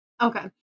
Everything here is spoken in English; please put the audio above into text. Okay